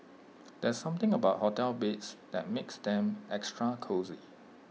there's something about hotel beds that makes them extra cosy